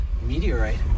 meteorite